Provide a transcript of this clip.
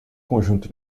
conjunto